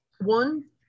one